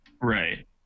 right